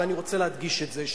ואני רוצה להדגיש את זה,